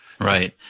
right